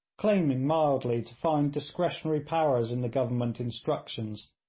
claiming mildly to find discretionary powers in the government instructions,